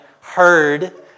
heard